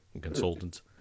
consultants